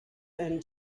and